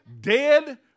dead